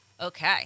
Okay